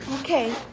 Okay